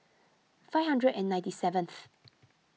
five hundred and ninety seventh